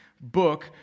book